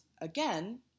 again